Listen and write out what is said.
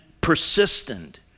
persistent